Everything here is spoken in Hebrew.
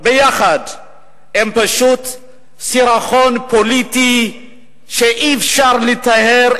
ביחד הם פשוט סירחון פוליטי שאי-אפשר לטהר,